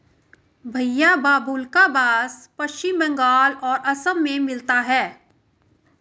भईया बाबुल्का बास पश्चिम बंगाल और असम में मिलता है